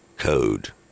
Code